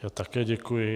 Já také děkuji.